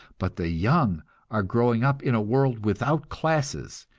but the young are growing up in a world without classes,